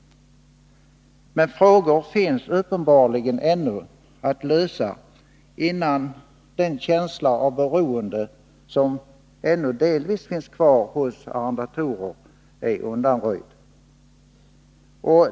Men frågor finns uppenbarligen ännu att lösa innan den känsla av beroende som ännu delvis finns kvar hos arrendatorer är undanröjd.